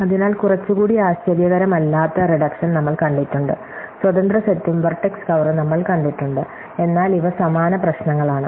അതിനാൽ കുറച്ചുകൂടി ആശ്ചര്യകരമല്ലാത്ത റിഡക്ഷൻ നമ്മൾ കണ്ടിട്ടുണ്ട് സ്വതന്ത്ര സെറ്റും വെർട്ടെക്സ് കവറും നമ്മൾ കണ്ടിട്ടുണ്ട് എന്നാൽ ഇവ സമാന പ്രശ്നങ്ങളാണ്